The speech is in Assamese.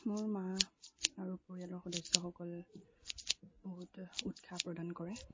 মোৰ মা আৰু পৰিয়ালৰ সদস্যসকল বহুত উৎসাহ প্ৰদান কৰে